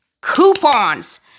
coupons